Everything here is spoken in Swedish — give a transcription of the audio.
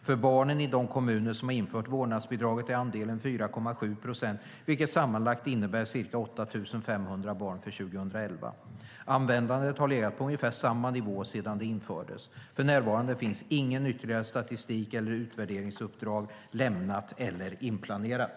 För barnen i de kommuner som har infört vårdnadsbidrag är andelen 4,7 procent, vilket sammanlagt innebär ca 8 500 barn för 2011. Användandet har legat på ungefär samma nivå sedan det infördes. För närvarande finns inget ytterligare statistik eller utvärderingsuppdrag lämnat eller inplanerat.